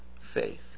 faith